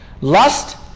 Lust